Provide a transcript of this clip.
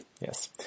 yes